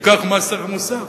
ייקח מס ערך מוסף.